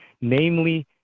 namely